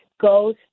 goes